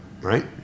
right